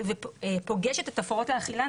ופוגשת את הפרעות האכילה.